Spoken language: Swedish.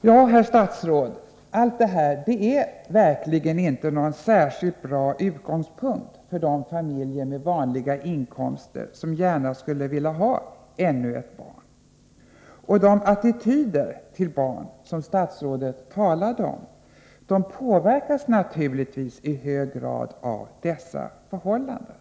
Ja, herr statsråd, detta är verkligen inte någon särskilt bra utgångspunkt för de familjer med vanliga inkomster som gärna skulle vilja ha ännu ett barn. Och de attityder till barn som statsrådet talade om påverkas naturligtvis i hög grad av dessa förhållanden.